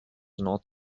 not